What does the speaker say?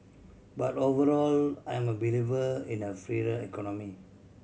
but overall I'm a believer in a freer economy